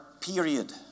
period